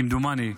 כמדומני.